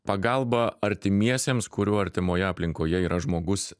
pagalba artimiesiems kurių artimoje aplinkoje yra žmogus